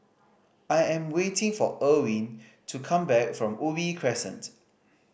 I am waiting for Irwin to come back from Ubi Crescent